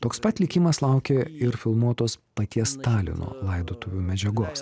toks pat likimas laukė ir filmuotos paties stalino laidotuvių medžiagos